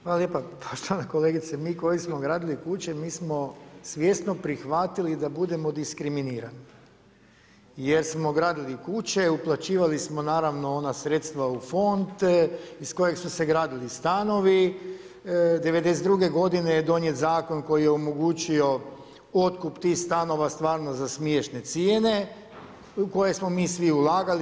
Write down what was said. Hvala lijepo, pa šta kolegice mi koji smo gradili kuće, mi smo svjesno prihvatili da budemo diskriminirani, jer smo gradili kuće, uopćivali smo naravno ona sredstva u fonte iz kojeg su se gradili stanovi, '92. godine je donijet zakon koji je omogućio otkup tih stanova stvarno za smiješne cijene u koje smo mi svi ulagali.